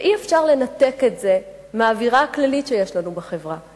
אי-אפשר לנתק את זה מהאווירה הכללית בחברה שלנו,